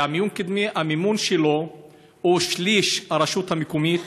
שהמימון של מיון קדמי הוא שליש הרשות המקומית,